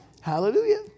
Hallelujah